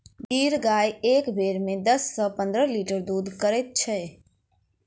गिर गाय एक बेर मे दस सॅ पंद्रह लीटर दूध करैत छै